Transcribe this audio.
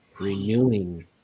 renewing